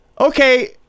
Okay